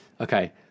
okay